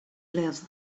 lives